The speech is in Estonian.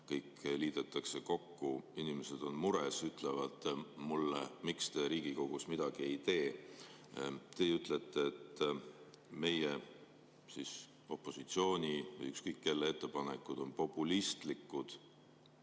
kõik liidetakse kokku. Inimesed on mures, ütlevad mulle: "Miks te Riigikogus midagi ei tee?". Teie ütlete, et meie, st opositsiooni või ükskõik kelle ettepanekud on populistlikud.